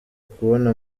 kubona